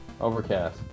Overcast